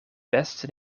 beste